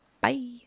bye